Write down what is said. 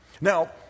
now